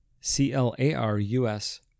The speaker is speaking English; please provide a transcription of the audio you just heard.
C-L-A-R-U-S